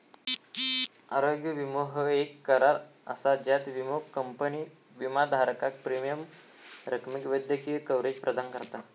आरोग्य विमो ह्यो येक करार असा ज्यात विमो कंपनी विमाधारकाक प्रीमियम रकमेक वैद्यकीय कव्हरेज प्रदान करता